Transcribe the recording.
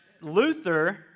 Luther